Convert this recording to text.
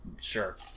Sure